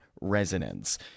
resonance